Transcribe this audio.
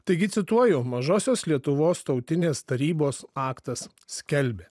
taigi cituoju mažosios lietuvos tautinės tarybos aktas skelbė